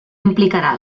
implicarà